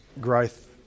growth